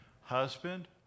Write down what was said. husband